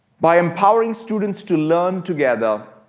by empowering students to learn together,